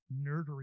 nerdery